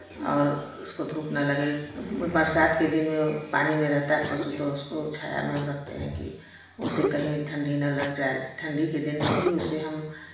और उसको धूप ना लगे बरसात के दिन में पानी में रहता है पशु तो उसको छाया में हम रखते हैं कि उसे कहीं ठंढी ना लग जाए ठंढी के दिन में भी उसे हम